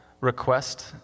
request